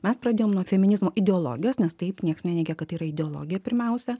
mes pradėjom nuo feminizmo ideologijos nes taip nieks neneigia kad tai yra ideologija pirmiausia